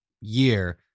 year